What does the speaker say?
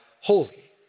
holy